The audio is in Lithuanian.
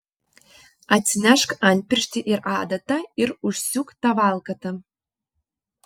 atsinešk antpirštį ir adatą ir užsiūk tą valkatą